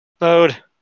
Load